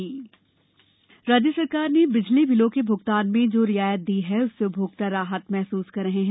बिजली बिल राहत राज्य सरकार ने बिजली बिलो के भुगतान में जो रियायत दी है उससे उपभोक्ता राहत महसूस कर रहे हैं